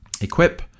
Equip